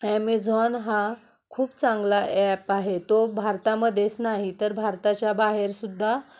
Amazon हा खूप चांगला ॲप आहे तो भारतामध्येच नाही तर भारताच्या बाहेर सुद्धा